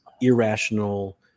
irrational